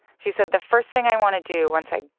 she said, the first thing i want to do once i,